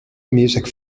music